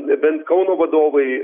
nebent kauno vadovai